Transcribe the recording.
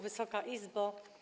Wysoka Izbo!